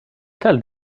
tell